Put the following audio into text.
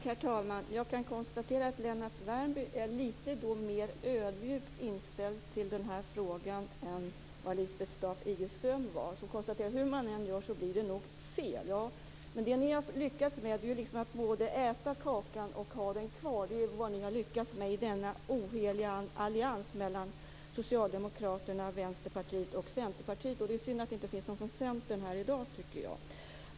Herr talman! Jag kan konstatera att Lennart Värmby är lite mer ödmjukt inställd till den här frågan än Lisbeth Staaf-Igelström, när han konstaterar att hur man än gör så blir det nog fel. Ja, men vad denna oheliga allians mellan Socialdemokraterna, Vänsterpartiet och Centerpartiet har lyckats med är att både äta kakan och ha den kvar. Det är synd att det inte finns någon från Centern här i dag, tycker jag.